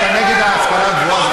אל תבלבל לנו את